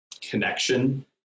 connection